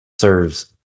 serves